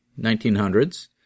1900s